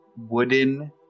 wooden